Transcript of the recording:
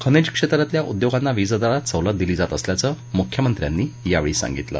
खनिज क्षेत्रातल्या उद्योगांना वीजदरात सवलत दिली जात असल्याचं मुख्यमंत्र्यांनी यावेळी सांगितलं